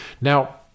Now